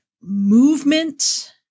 movement